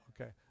okay